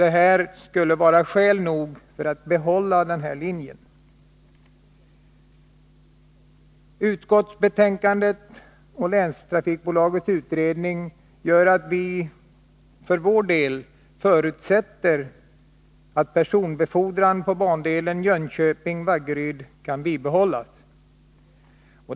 Detta skulle vara skäl nog för att behålla den här linjen. Utskottsbetänkandet och Länstrafikbolagets utredning gör att vi för vår del förutsätter att personbefordran på bandelen Jönköping-Vaggeryd kan bibehållas. Herr talman!